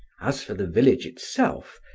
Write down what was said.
as for the village itself,